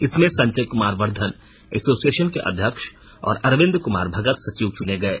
इसमें संचय कुमार वर्द्वन एसोसिएशन के अध्यक्ष और अरविंद कुमार भगत सचिव चने गये